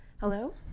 hello